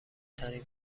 ترین